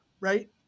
right